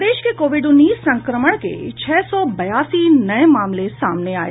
प्रदेश के कोविड उन्नीस संक्रमण के छह सौ बयासी नये मामले सामने आये